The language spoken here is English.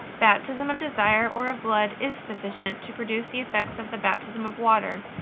baptism of desire or of blood is sufficient to produce the effects of the baptism of water,